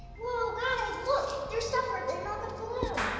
whoa, guys look! there's stuff written on the balloons!